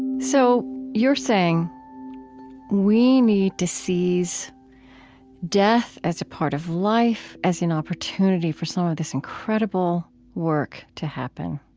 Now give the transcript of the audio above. so you're saying we need to seize death as a part of life as an opportunity for some of this incredible work to happen.